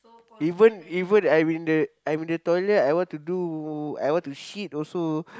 even even I'm in the I'm in the toilet I want to do I want to shit also